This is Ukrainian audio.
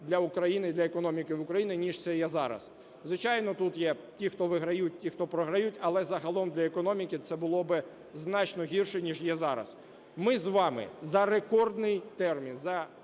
для України, для економіки України, ніж це є зараз. Звичайно, тут є ті, хто виграють, ті, хто програють, але загалом для економіки це було би значно гірше, ніж є зараз. Ми з вами за рекордний термін,